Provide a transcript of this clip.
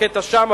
רקטה שם,